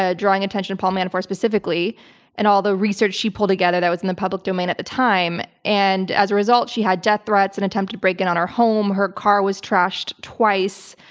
ah drawing attention to paul manafort specifically and all the research she pulled together that was in the public domain at the time and as a result she had death threats, and attempted break-in on her home, her car was trashed twice,